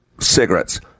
Cigarettes